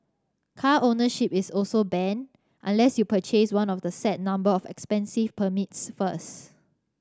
car ownership is also banned unless you purchase one of the set number of expensive permits first